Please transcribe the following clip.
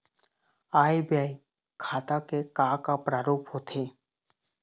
आय व्यय खाता के का का प्रारूप होथे?